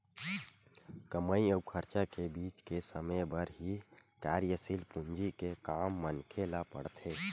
कमई अउ खरचा के बीच के समे बर ही कारयसील पूंजी के काम मनखे ल पड़थे